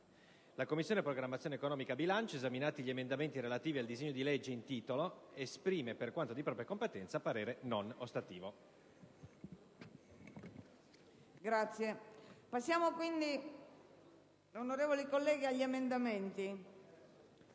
«La Commissione programmazione economica, bilancio, esaminati gli emendamenti relativi al disegno di legge in titolo, esprime, per quanto di propria competenza, parere non ostativo».